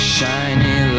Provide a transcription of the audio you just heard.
Shiny